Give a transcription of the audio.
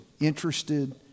interested